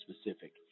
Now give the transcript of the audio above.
specific